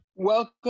Welcome